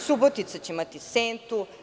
Subotica će imati Sentu.